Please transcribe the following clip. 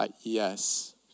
yes